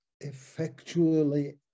effectually